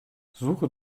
suche